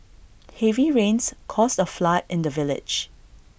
heavy rains caused A flood in the village